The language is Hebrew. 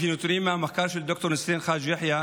נתונים מהמחקר של ד"ר נסרין חאג' יחיא,